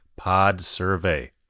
podsurvey